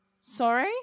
Sorry